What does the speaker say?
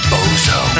Bozo